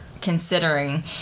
considering